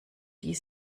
die